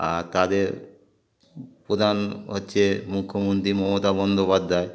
আর তাদের প্রধান হচ্ছে মুখ্যমন্ত্রী মমতা বন্দ্যোপাধ্যায়